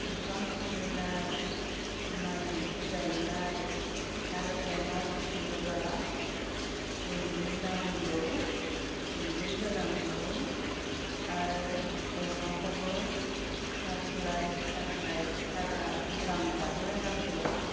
जुखाम खुबैनाय माय एसे गायनाय आरो अमा फियोबा गुन्दै नांगौ गुन्दै होनांगौ आरो अमाखौबो खास्लाय खास्लाय हाग्रा गोथां जाहोनांगौ